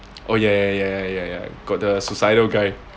oh ya ya ya ya ya got the suicidal guy